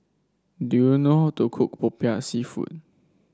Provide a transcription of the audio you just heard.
do you know how to cook popiah seafood